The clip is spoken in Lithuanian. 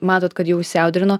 matot kad jau įsiaudrino